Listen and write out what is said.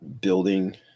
building